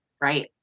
right